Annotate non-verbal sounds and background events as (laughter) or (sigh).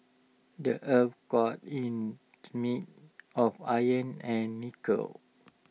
the Earth's core in (unintelligible) of iron and nickel